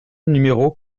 numéro